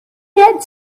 had